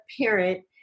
parent